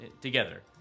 together